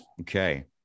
okay